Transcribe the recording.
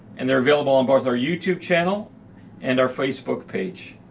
and they're available on both our youtube channel and our facebook page.